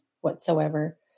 whatsoever